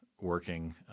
working